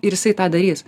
ir jisai tą darys